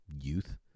youth